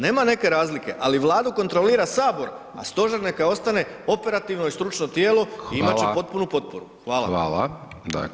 Nema neke razlike, ali Vladu kontrolira Sabor, a stožer neka ostane operativno i stručno tijelo i imat će potpunu potporu.